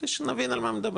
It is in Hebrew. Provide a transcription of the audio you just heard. כדי שנבין על מה מדברים,